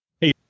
hey